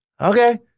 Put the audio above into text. okay